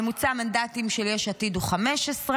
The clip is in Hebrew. ממוצע המנדטים של יש עתיד הוא 15,